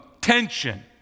tension